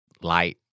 light